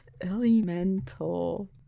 Elemental